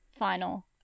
Final